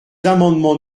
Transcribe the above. amendements